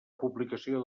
publicació